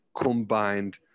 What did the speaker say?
combined